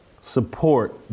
support